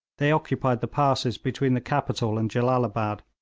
they occupied the passes between the capital and jellalabad,